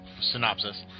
synopsis